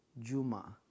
Juma